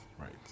Right